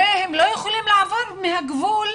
הרי הם לא יכולים לעבור מהגבול.